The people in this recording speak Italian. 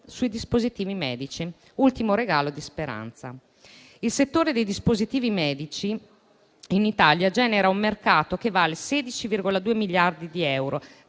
sui dispositivi medici: ultimo regalo del ministro Speranza. Il settore dei dispositivi medici in Italia genera un mercato che vale 16,2 miliardi di euro,